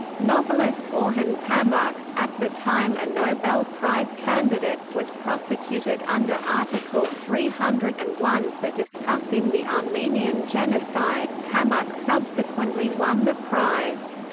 novelist orhan pamuk, at the time a and nobel prize candidate, was prosecuted under article three hundred and one for discussing the armenian genocide pamuk subsequently won the prize.